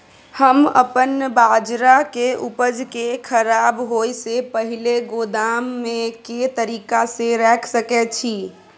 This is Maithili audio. हम अपन बाजरा के उपज के खराब होय से पहिले गोदाम में के तरीका से रैख सके छी?